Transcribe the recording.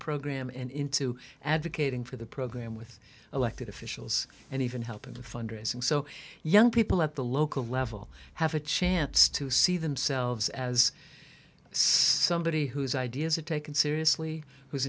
program and into advocating for the program with elected officials and even helping fundraising so young people at the local level have a chance to see themselves as somebody whose ideas are taken seriously who